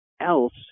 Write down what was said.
else